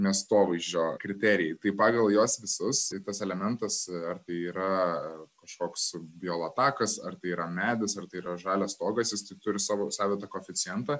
miestovaizdžio kriterijai tai pagal juos visus tas elementas ar tai yra kažkoks biolatakas ar tai yra medis ar tai yra žalias stogas jis t turi savo savitą koeficientą